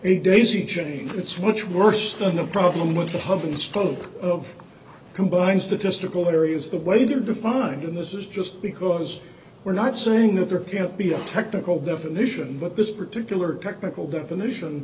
a daisy chain it's much worse than a problem with the hub and spoke of combined statistical areas the way they are defined and this is just because we're not saying that there can't be a technical definition but this particular technical definition